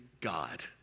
God